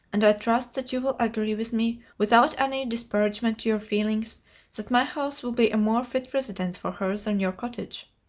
and i trust that you will agree with me, without any disparagement to your feelings, that my house will be a more fit residence for her than your cottage.